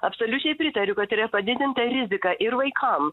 absoliučiai pritariu kad yra padidinta rizika ir vaikam